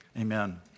Amen